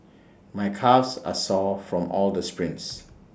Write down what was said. my calves are sore from all the sprints